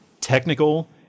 technical